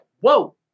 whoa